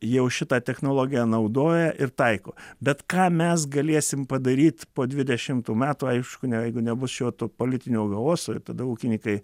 jau šitą technologiją naudoja ir taiko bet ką mes galėsim padaryt po dvidešimtų metų aišku ne jeigu nebus šito politinio chaoso ir tada ūkininkai